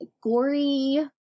gory